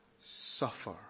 suffer